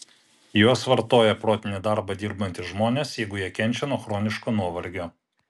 juos vartoja protinį darbą dirbantys žmonės jeigu jie kenčia nuo chroniško nuovargio